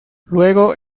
luego